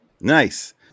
Nice